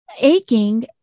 aching